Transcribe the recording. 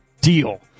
deal